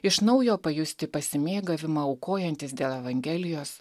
iš naujo pajusti pasimėgavimą aukojantis dėl evangelijos